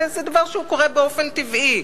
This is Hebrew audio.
זה דבר שקורה באופן טבעי.